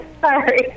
Sorry